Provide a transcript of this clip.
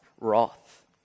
wrath